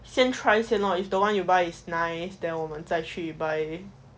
先 try 先 lor if the one you buy is nice then 我们再去 buy